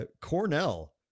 Cornell